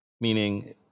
Meaning